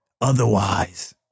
otherwise